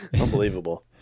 Unbelievable